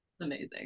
Amazing